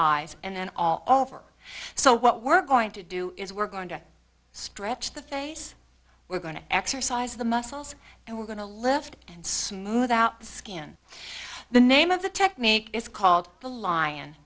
eyes and then all over so what we're going to do is we're going to stretch the face we're going to exercise the muscles and we're going to lift and smooth out the skin the name of the technique is called the lion